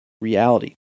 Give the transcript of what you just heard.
reality